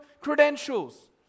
credentials